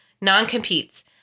non-competes